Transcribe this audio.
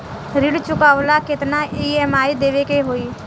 ऋण चुकावेला केतना ई.एम.आई देवेके होई?